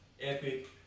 epic